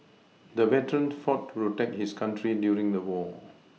the veteran fought to protect his country during the war